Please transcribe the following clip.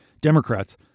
Democrats